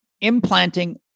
implanting